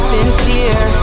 Sincere